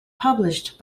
published